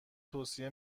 توصیه